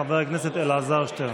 חבר הכנסת אלעזר שטרן.